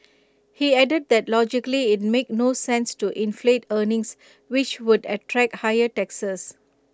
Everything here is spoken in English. he added that logically IT made no sense to inflate earnings which would attract higher taxes